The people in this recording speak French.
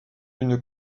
une